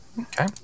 Okay